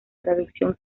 traducción